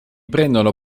prendono